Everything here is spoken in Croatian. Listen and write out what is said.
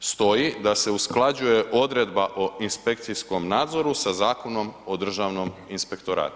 stoji da se usklađuje odredba o inspekcijskom nadzoru sa Zakonom o Državnom inspektoratu.